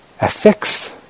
affects